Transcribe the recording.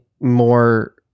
more